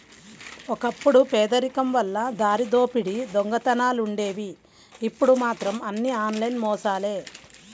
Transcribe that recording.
ఒకప్పుడు పేదరికం వల్ల దారిదోపిడీ దొంగతనాలుండేవి ఇప్పుడు మాత్రం అన్నీ ఆన్లైన్ మోసాలే